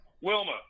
Wilma